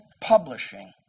publishing